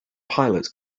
pilots